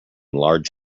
large